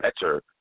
better